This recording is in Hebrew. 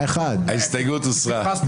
הצבעה ההסתייגות לא התקבלה.